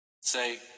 Say